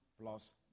plus